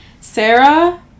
Sarah